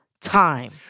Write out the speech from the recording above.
time